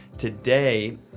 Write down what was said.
Today